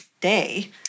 day